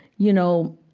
you know,